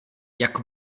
jak